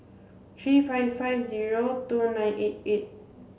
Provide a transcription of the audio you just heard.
three five five zero two nine eight eight